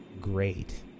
great